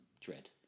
Dread